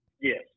yes